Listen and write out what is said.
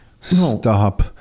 stop